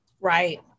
Right